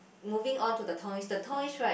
moving on to the toys the toys right